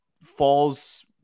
falls